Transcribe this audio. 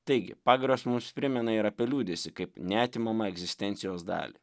taigi pagirios mums primena ir apie liūdesį kaip neatimamą egzistencijos dalį